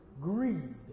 greed